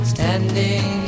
Standing